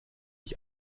ich